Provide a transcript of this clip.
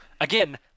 again